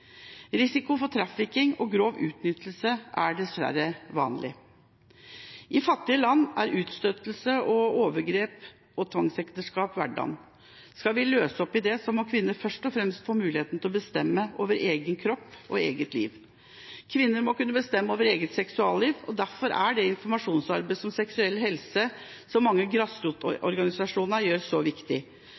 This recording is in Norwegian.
Risiko for trafficking og grov utnyttelse er dessverre vanlig. I fattige land er utstøting, overgrep og tvangsekteskap hverdagen. Skal vi løse opp i det, må kvinner først og fremst få muligheten til å bestemme over egen kropp og eget liv. Kvinner må kunne bestemme over eget seksualliv, og derfor er det informasjonsarbeidet om seksuell helse som mange grasrotorganisasjoner gjør, så viktig.